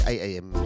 8am